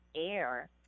air